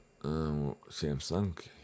Samsung